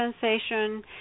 sensation